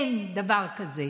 אין דבר כזה.